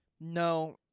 No